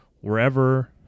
wherever